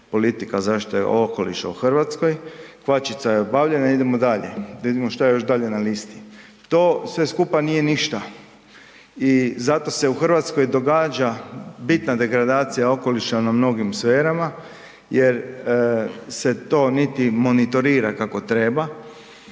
shvaća zaštite okoliša u Hrvatskoj, kvačica je obavljena idemo dalje, da vidimo što je još dalje na listi. To sve skupa nije ništa i zato se u Hrvatskoj događa bitna degradacija okoliša na mnogim sferama jer se to niti monitorira kako treba.